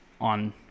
on